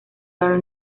are